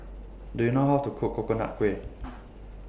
Do YOU know How to Cook Coconut Kuih